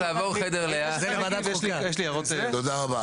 תודה רבה.